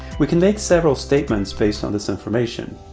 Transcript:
we can make several statements based on this information.